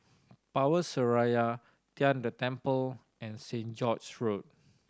Power Seraya Tian De Temple and St George's Road